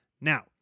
Now